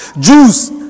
Jews